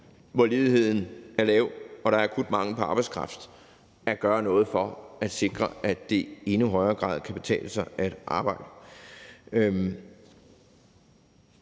hvor ledigheden er lav og der er akut mangel på arbejdskraft, at gøre noget for at sikre, at det i endnu højere grad kan betale sig at arbejde.